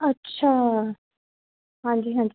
ਅੱਛਾ ਹਾਂਜੀ ਹਾਂਜੀ